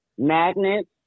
Magnet